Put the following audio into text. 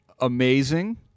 amazing